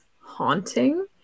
haunting